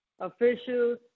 officials